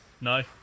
No